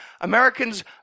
Americans